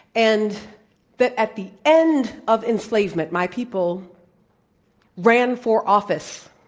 and that at the end of enslavement, my people ran for office.